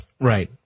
Right